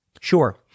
Sure